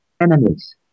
enemies